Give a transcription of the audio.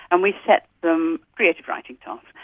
and we set them creative writing tasks.